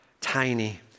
tiny